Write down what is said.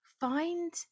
Find